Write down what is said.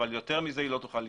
אבל יותר מזה היא לא תוכל לגבות.